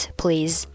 please